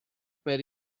per